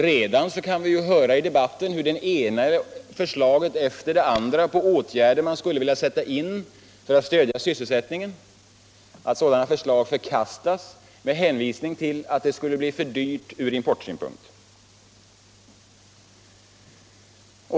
Redan nu kan vi höra i debatten hur det ena förslaget efter det andra om åtgärder som man skulle vilja sätta in för att stödja sysselsättningen förkastas med hänvisning till att det skulle bli för dyrt ur importsynpunkt.